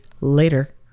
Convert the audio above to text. later